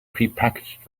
prepackaged